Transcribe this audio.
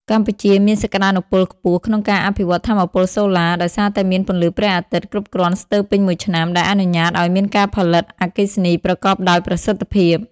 កម្ពុជាមានសក្តានុពលខ្ពស់ក្នុងការអភិវឌ្ឍថាមពលសូឡា ដោយសារតែមានពន្លឺព្រះអាទិត្យគ្រប់គ្រាន់ស្ទើរពេញមួយឆ្នាំ ដែលអនុញ្ញាតឱ្យមានការផលិតអគ្គិសនីប្រកបដោយប្រសិទ្ធភាព។